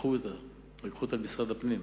לקחו אותה למשרד הפנים.